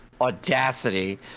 Audacity